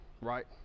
right